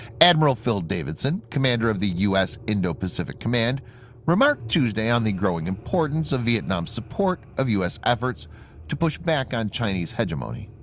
adm. phil phil davidson, commander of the u s. indo-pacific command remarked tuesday on the growing importance of vietnam's support of u s. efforts to push back on china's hegemony.